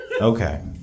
Okay